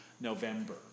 November